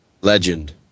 Legend